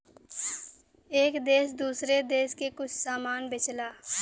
एक देस दूसरे देस के कुछ समान बेचला